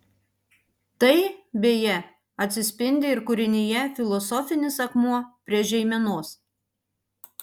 tai beje atsispindi ir kūrinyje filosofinis akmuo prie žeimenos